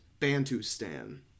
Bantustan